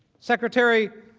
secretary